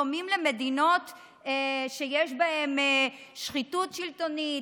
דומים לאלה במדינות שיש בהם שחיתות שלטונית,